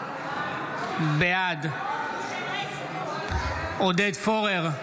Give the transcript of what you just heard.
בעד עודד פורר,